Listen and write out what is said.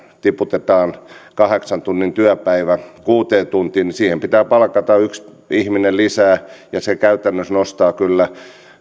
tiputetaan kahdeksan tunnin työpäivä kuuteen tuntiin niin siihen pitää palkata yksi ihminen lisää ja se käytännössä nostaa kyllä